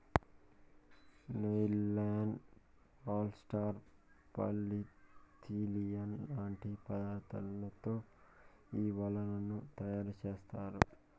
nylon, polyester, polythene లాంటి పదార్థాలతో ఈ వలలను తయారుచేత్తారు